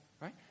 right